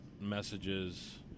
messages